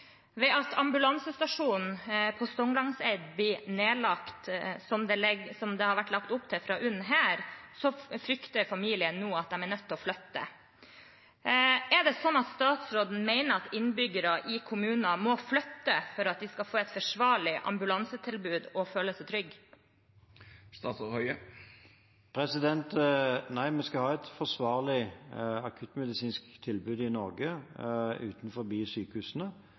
ambulansestasjonen på Stonglandseidet blir nedlagt, som det har vært lagt opp til fra UNNs side, frykter familien at de blir nødt til å flytte. Mener statsråden at innbyggere i kommuner må flytte for å få et forsvarlig ambulansetilbud og føle seg trygge? Nei, vi skal ha et forsvarlig akuttmedisinsk tilbud i Norge utenfor sykehusene.